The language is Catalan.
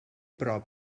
prop